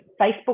Facebook